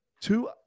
Two